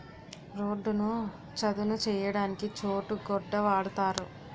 రోడ్డును చదును చేయడానికి చోటు గొడ్డ వాడుతారు